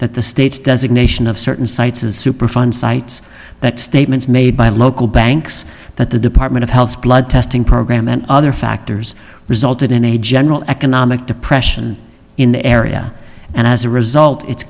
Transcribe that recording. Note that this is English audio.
that the state's designation of certain sites is superfund sites that statements made by local banks that the department of health blood testing program and other factors resulted in a general economic depression in the area and as a result it